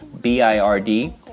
B-I-R-D